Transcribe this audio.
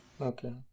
Okay